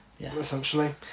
essentially